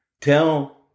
tell